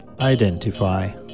identify